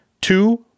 two